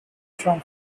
from